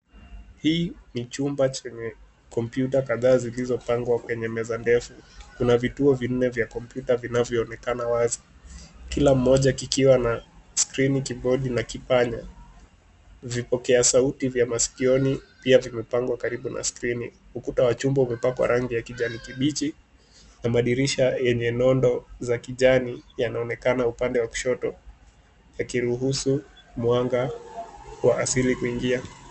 Hii ni chumba chenye kompyuta kadhaa zilizopangwa kwenye meza ndefu. Kuna vituo vinne vya kompyuta vinavyoonekana wazi kila moja kikiwa na skrini, kibodi na kipanya. Vipokea sauti vya masikioni pia vimepangwa karibu na skrini. Ukuta wa chumba umepakwa rangi ya kijani kibichi na madirisha yenye nondo za kijani yanaonekana upande wa kushoto yakiruhusu mwanga wa asili kuingia.